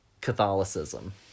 Catholicism